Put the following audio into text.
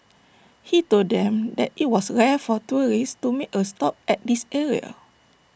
he told them that IT was rare for tourists to make A stop at this area